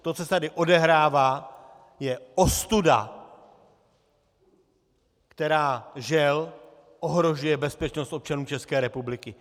To, co se tady odehrává, je ostuda, která, žel, ohrožuje bezpečnost občanů České republiky.